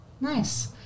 Nice